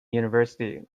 university